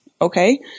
okay